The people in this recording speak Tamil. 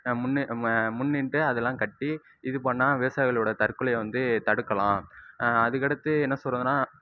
முன்னு முன்னின்று அதெல்லாம் கட்டி இது பண்ணா விவாசாயிகளோட தற்கொலையை வந்து தடுக்கலாம் அதுக்கடுத்து என்ன சொல்லுறதுனா